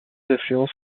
affluents